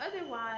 Otherwise